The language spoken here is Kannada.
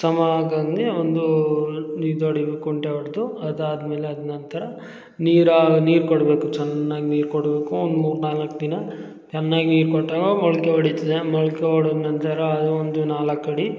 ಸಮ ಆಗಂಗೆ ಒಂದು ಇದು ಹೊಡಿಬೇಕ್ ಕುಂಟೆ ಹೊಡ್ದು ಅದಾದಮೇಲೆ ಅದ ನಂತರ ನೀರು ನೀರು ಕೊಡಬೇಕು ಚೆನ್ನಾಗಿ ನೀರು ಕೊಡಬೇಕು ಒಂದು ಮೂರು ನಾಲ್ಕು ದಿನ ಚೆನ್ನಾಗಿ ನೀರು ಕೊಟ್ಟರೆ ಅವಾಗ ಮೊಳಕೆ ಒಡಿತದೆ ಮೊಳಕೆ ಒಡ್ದು ನಂತರ ಅದು ಒಂದು ನಾಲ್ಕು ಅಡಿ